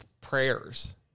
prayers